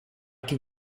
can